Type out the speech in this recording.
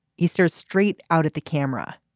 he stares straight out at the camera.